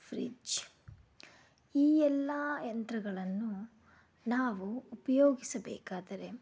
fridge ಈ ಎಲ್ಲ ಯಂತ್ರಗಳನ್ನು ನಾವು ಉಪಯೋಗಿಸಬೇಕಾದರೆ